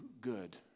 good